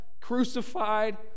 crucified